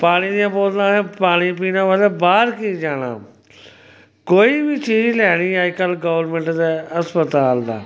पानी दियां बोतलां असें पानी पीने बास्तै बाह्र कीऽ जाना कोई बी चीज लैनी अजकल्ल गौरमैंट दे अस्पताल दा